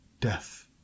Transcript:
death